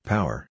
Power